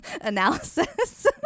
analysis